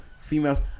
females